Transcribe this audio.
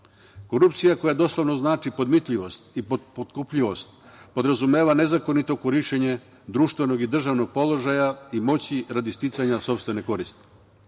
društvo. Korupcija koja doslovno znači podmitljivost, potkupljivost podrazumeva nezakonito korišćenje društvenog i državnog položaja i moći radi sticanja sopstvene koristi.